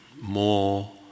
more